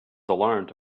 alarmed